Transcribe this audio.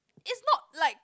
it's not like